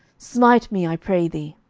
smite me, i pray thee.